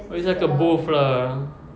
oh it's like a booth lah